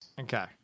Okay